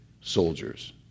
soldiers